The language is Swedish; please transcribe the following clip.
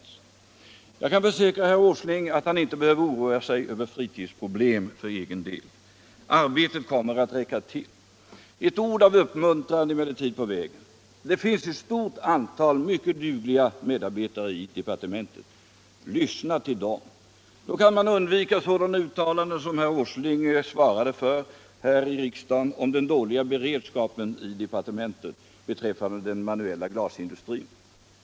Jag kan försäkra herr Åsling att han inte behöver oroa sig över fritidsproblem för egen del. Arbetet kommer att räcka till. Ett ord av uppmuntran på vägen, cmellertid: Det finns ett stort antal mycket dugliga medarbetare i departementet. Lyssna till dem! Då kan man undvika sådana uttalanden som herr Åsling svarade för här i riksdagen om ”den dåliga beredskapen” i departementet betwräffande den manuella glasindustrin.